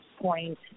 point